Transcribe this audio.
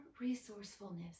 resourcefulness